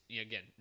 again